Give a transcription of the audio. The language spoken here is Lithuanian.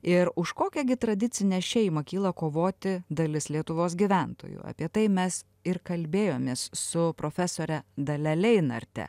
ir už kokią gi tradicinę šeimą kyla kovoti dalis lietuvos gyventojų apie tai mes ir kalbėjomės su profesore dalia leinarte